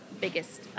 biggest